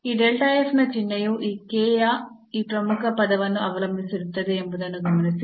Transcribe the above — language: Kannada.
ಈ ನ ಚಿಹ್ನೆಯು ಈ k ಯ ಈ ಪ್ರಮುಖ ಪದವನ್ನು ಅವಲಂಬಿಸಿರುತ್ತದೆ ಎಂಬುದನ್ನು ಗಮನಿಸಿ